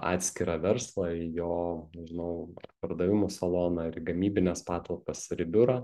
atskirą verslą į jo nežinau pardavimų saloną ar į gamybines patalpas ar į biurą